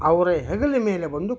ಅವರ ಹೆಗಲ ಮೇಲೆ ಬಂದು